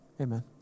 Amen